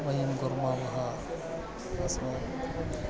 वयं कुर्मः अस्माकम्